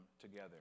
together